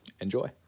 Enjoy